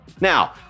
Now